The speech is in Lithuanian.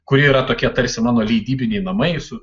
kuri yra tokia tarsi mano leidybiniai namai su